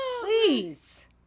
Please